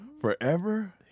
Forever